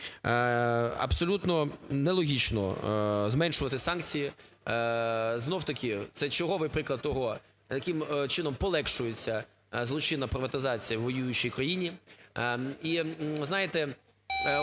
Абсолютно нелогічно зменшувати санкції. Знову-таки це черговий приклад того, яким чином полегшується злочинна приватизація у воюючій країні.